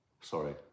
sorry